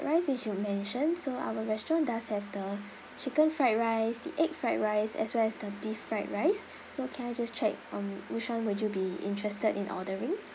rice which you mentioned so our restaurant does have the chicken fried rice the egg fried rice as well as the beef fried rice so can I just check um which one would you be interested in ordering